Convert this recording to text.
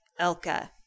Elka